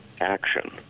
action